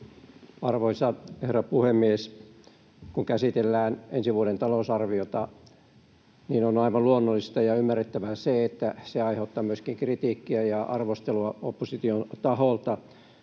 Arvoisa herra puhemies! Kun käsitellään ensi vuoden talousarviota, niin on aivan luonnollista ja ymmärrettävää se, että se aiheuttaa myöskin kritiikkiä ja arvostelua opposition taholta,